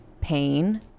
pain